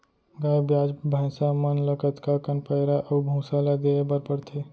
गाय ब्याज भैसा मन ल कतका कन पैरा अऊ भूसा ल देये बर पढ़थे?